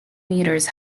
meters